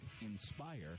INSPIRE